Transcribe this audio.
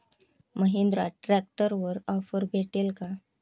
महिंद्रा ट्रॅक्टरवर ऑफर भेटेल का?